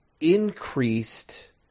increased